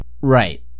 Right